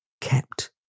kept